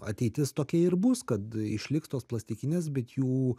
ateitis tokia ir bus kad išliks tos plastikinės bet jų